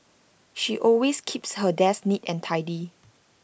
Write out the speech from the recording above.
she always keeps her desk neat and tidy